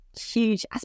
huge